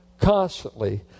constantly